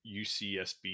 UCSB